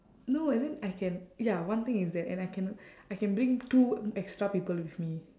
no and then I can ya one thing is that and I can I can bring two extra people with me